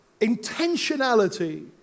intentionality